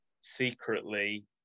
secretly